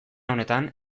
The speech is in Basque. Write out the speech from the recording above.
honetan